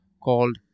called